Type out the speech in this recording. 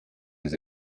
his